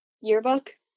yearbook